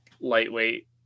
lightweight